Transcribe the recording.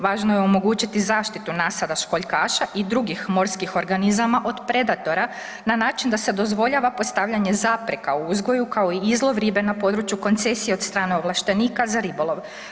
Važno je omogućiti zaštitu nasada školjkaša i drugih morskih organizama od predatora na način da se dozvoljava postavljanje zapreka u uzgoju kao i izlov ribe na području koncesije od strane ovlaštenika za ribolov.